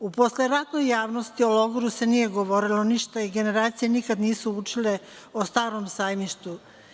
U posleratnoj javnosti o logoru se nije govorilo ništa i generacije nikad nisu učile o „Starom Sajmištu“